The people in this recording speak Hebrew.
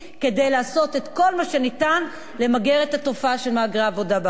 כדי לעשות את כל מה שניתן כדי למגר את התופעה של מהגרי עבודה בארץ.